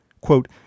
Quote